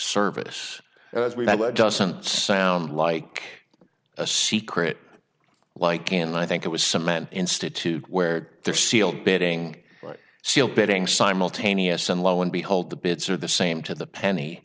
service doesn't sound like a secret like and i think it was cement institute where they're sealed bedding like steel bedding simultaneous and lo and behold the bits are the same to the penny